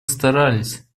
старались